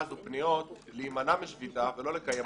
הזאת פניות להימנע משביתה ולא לקיים אותה.